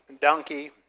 donkey